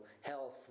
health